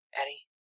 Eddie